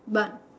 but